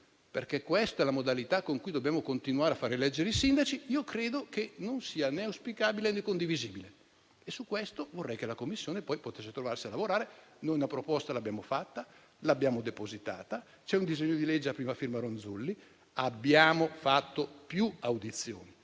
perché questa è la modalità con cui dobbiamo continuare a fare eleggere i sindaci, non è né auspicabile né condivisibile. Su questo io vorrei che la Commissione potesse ritrovarsi a lavorare. Noi una proposta l'abbiamo fatta e l'abbiamo depositata. C'è un disegno di legge a prima firma della senatrice Ronzulli. Abbiamo fatto più audizioni.